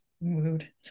Mood